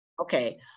Okay